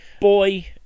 boy